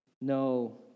no